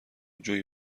جویی